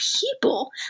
people